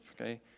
okay